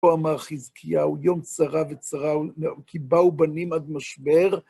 פה אמר חזקיהו, יום צרה וצרה, כי באו בנים עד משבר.